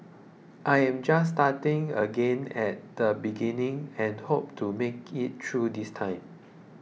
I am just starting again at the beginning and hope to make it through this time